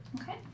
Okay